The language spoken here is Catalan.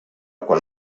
qual